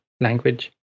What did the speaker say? language